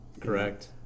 correct